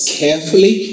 carefully